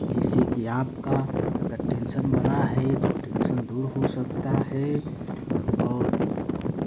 जिससे कि आपका अगर टेंशन बना है तो ये टेंशन दूर हो सकता है और